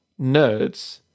nerds